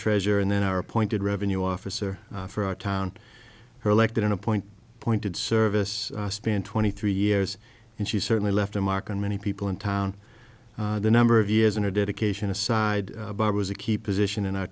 treasurer and then our appointed revenue officer for our town her elected in a point pointed service span twenty three years and she certainly left a mark on many people in town the number of years in her dedication a side bar was a key position in our